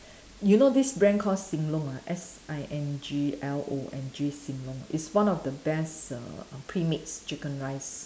you know this brand call sing long S I N G L O N G sing long is one of the best err premix chicken rice